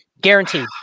Guaranteed